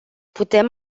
putem